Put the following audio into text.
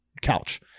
couch